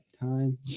time